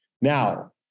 Now